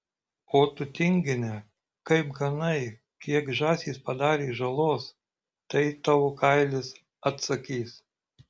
o tu tingine kaip ganai kiek žąsys padarė žalos tai tavo kailis atsakys